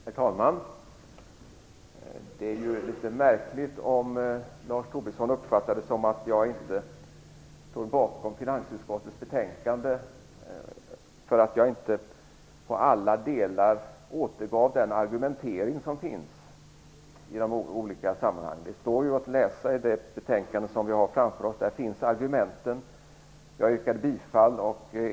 Herr talman! Det är märkligt om Lars Tobisson uppfattade det som att jag inte står bakom finansutskottets betänkande därför att jag inte på alla delar återgav den argumentering som står att läsa i betänkandet, där finns argumenten. Jag yrkade bifall.